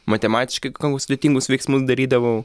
matematiškai sudėtingus veiksmus darydavau